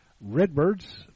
Redbirds